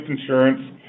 insurance